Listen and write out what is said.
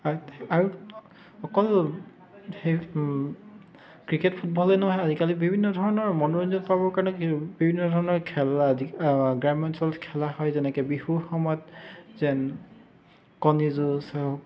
আৰু অকল সেই ক্ৰিকেট ফুটবলেই নহয় আজিকালি বিভিন্ন ধৰণৰ মনোৰঞ্জন পাবৰ কাৰণে বিভিন্ন ধৰণৰ খেল খেলা গ্ৰাম্য অঞ্চলত খেলা হয় যেনেকৈ বিহুৰ সময়ত যেন কণী যুঁজ হওক